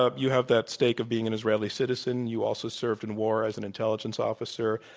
ah you have that stake of being an israeli citizen you also served in war as an intelligence officer.